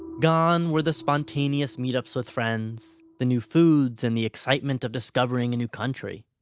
gone were the spontaneous meetups with friends, the new foods, and the excitement of discovering a new country.